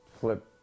flip